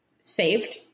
saved